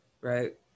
Right